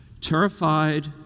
Terrified